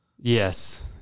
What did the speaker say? Yes